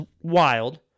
wild